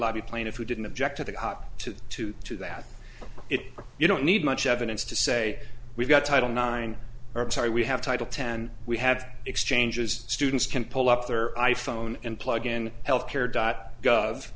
lobby plaintiff who didn't object to the got two to two that if you don't need much evidence to say we've got title nine or sorry we have title ten we have exchanges students can pull up their i phone and plug in healthcare dot gov